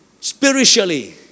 spiritually